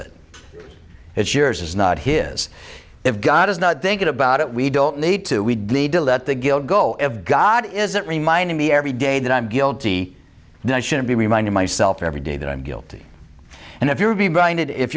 it it's yours is not his if god is not thinking about it we don't need to we need to let the guilt go of god isn't reminding me every day that i'm guilty then i shouldn't be reminding myself every day that i'm guilty and if you would be blind if